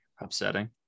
upsetting